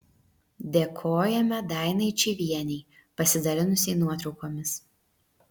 dėkojame dainai čyvienei pasidalinusiai nuotraukomis